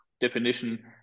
definition